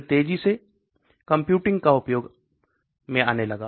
फिर तेजी से कंप्यूटिंग उपयोग में आने लगी